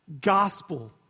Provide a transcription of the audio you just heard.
gospel